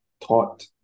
taught